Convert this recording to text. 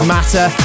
Matter